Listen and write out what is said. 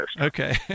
okay